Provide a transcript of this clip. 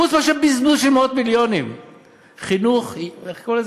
חוץ מאשר בזבוז של מאות מיליונים.